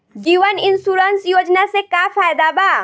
जीवन insurance योजना से का फायदा बा?